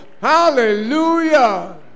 Hallelujah